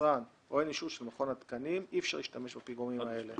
היצרן או של מכון התקנים אזי אי-אפשר יהיה להשתמש בפיגומים הללו.